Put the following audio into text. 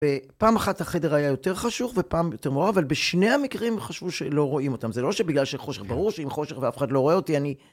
פעם אחת החדר היה יותר חשוך, ופעם יותר מואר, אבל בשני המקרים חשבו שלא רואים אותם. זה לא שבגלל שחושך. ברור, שאם חושך ואף אחד לא רואה אותי, אני...